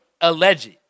Alleged